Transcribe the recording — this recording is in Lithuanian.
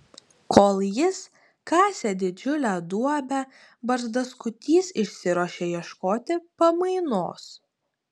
kol jis kasė didžiulę duobę barzdaskutys išsiruošė ieškoti pamainos